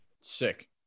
Sick